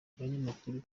umunyamakuru